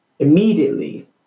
Immediately